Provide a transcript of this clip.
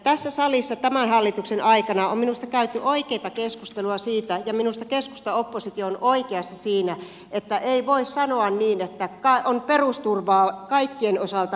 tässä salissa tämän hallituksen aikana on minusta käyty oikeata keskustelua siitä ja minusta keskusta oppositio on oikeassa siinä että ei voi sanoa niin että on perusturvaa kaikkien osalta nostettu